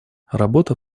работа